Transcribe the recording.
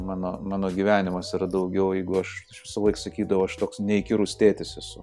mano mano gyvenimas yra daugiau jeigu aš visąlaik sakydavau aš toks neįkyrus tėtis esu